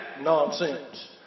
Nonsense